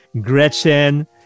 Gretchen